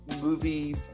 movie